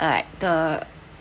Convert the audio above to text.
like the